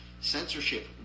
Censorship